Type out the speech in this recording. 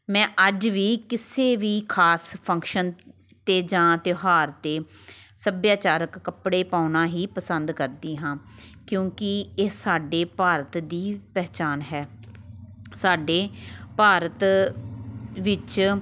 ਮੈਂ ਅੱਜ ਵੀ ਕਿਸੇ ਵੀ ਖ਼ਾਸ ਫੰਕਸ਼ਨ 'ਤੇ ਜਾਂ ਤਿਉਹਾਰ 'ਤੇ ਸੱਭਿਆਚਾਰਕ ਕੱਪੜੇ ਪਾਉਣਾ ਹੀ ਪਸੰਦ ਕਰਦੀ ਹਾਂ ਕਿਉਂਕਿ ਇਹ ਸਾਡੇ ਭਾਰਤ ਦੀ ਪਹਿਚਾਣ ਹੈ ਸਾਡੇ ਭਾਰਤ ਵਿੱਚ